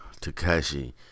Takashi